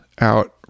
out